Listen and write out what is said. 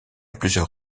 plusieurs